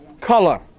Color